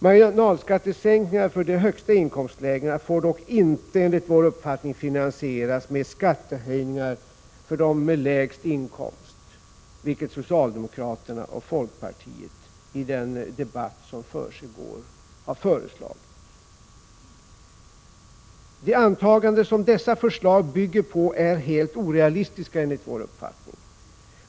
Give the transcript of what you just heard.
Marginalskattesänkningar för de högsta inkomstlägena får dock inte finansieras med skattehöjningar för de lägsta inkomsterna, vilket socialdemokraterna och folkpartiet i den debatt som pågår har föreslagit. Det antagande som dessa förslag bygger på är helt orealistiskt.